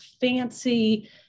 fancy